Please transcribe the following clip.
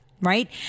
Right